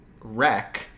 wreck